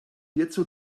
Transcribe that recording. hierzu